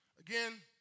Again